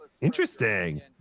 Interesting